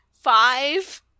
Five